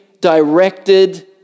directed